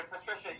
Patricia